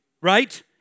right